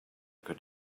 could